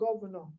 governor